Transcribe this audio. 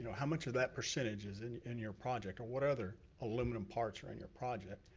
how much of that percentage is and in your project, or what other aluminum parts are in your project?